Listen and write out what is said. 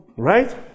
Right